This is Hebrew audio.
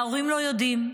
ההורים לא יודעים,